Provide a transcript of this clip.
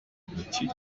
mukiri